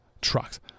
trucks